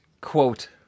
quote